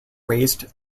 raised